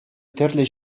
тӗрлӗ